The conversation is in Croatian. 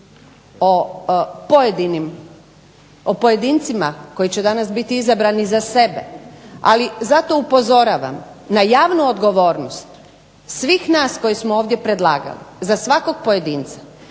o pojedincima koji će danas biti izabrani za sebe, ali zato upozoravam na javnu odgovornost svih nas koji smo ovdje predlagali, za svakog pojedinca